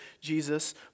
Jesus